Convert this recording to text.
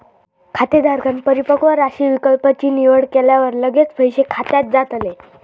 खातेधारकांन परिपक्व राशी विकल्प ची निवड केल्यावर लगेच पैसे खात्यात जातले